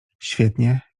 świetnie